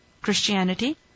Christianity